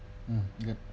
mm okay